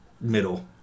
middle